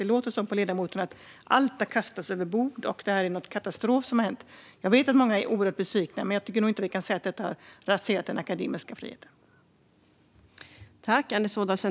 Det låter på ledamoten som om allt har kastats över bord och att det är någon katastrof som har hänt. Jag vet att många är oerhört besvikna, men jag tycker nog inte att man kan säga att detta har raserat den akademiska friheten.